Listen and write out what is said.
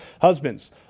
husbands